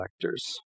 collectors